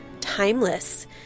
timeless